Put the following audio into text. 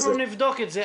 אוקיי, אנחנו נבדוק את זה.